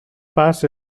pas